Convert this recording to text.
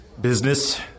business